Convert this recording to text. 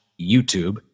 YouTube